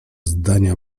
zdania